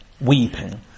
weeping